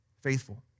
faithful